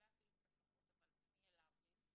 אולי אפילו קצת פחות אבל נהיה לארג'ים,